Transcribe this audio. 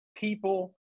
people